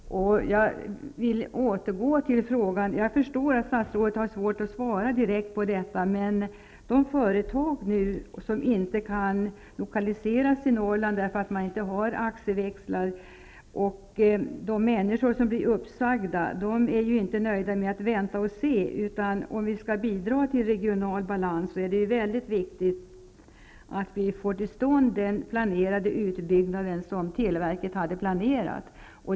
Jag förstår att statsrådet har svårt att svara direkt på min fråga. De företag som inte kan lokaliseras till Norrland eftersom det saknas AXE-växlar och de människor som blir uppsagda är inte nöjda med att vänta och se. Om vi skall bidra till regional balans, är det mycket viktigt att vi får till stånd den utbyggnad som televerket hade planerat.